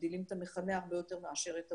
מגדילים את המכנה הרבה יותר מאשר את המונה,